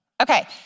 Okay